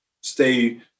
stay